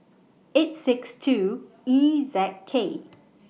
eight six two E Z K